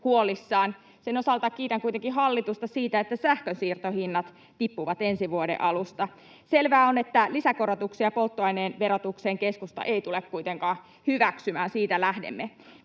Sen osalta kiitän kuitenkin hallitusta siitä, että sähkön siirtohinnat tippuvat ensi vuoden alusta. Selvää on, että lisäkorotuksia polttoaineen verotukseen keskusta ei tule kuitenkaan hyväksymään, siitä lähdemme.